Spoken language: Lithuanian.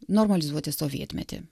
normalizuoti sovietmetį